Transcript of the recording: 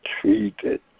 treated